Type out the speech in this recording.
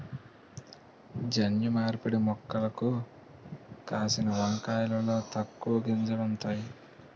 జన్యు మార్పిడి మొక్కలకు కాసిన వంకాయలలో తక్కువ గింజలు ఉంతాయి